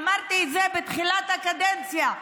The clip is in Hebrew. אמרתי את זה בתחילת הקדנציה,